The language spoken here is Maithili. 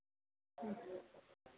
ह्म्म